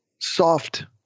soft